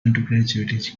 undergraduate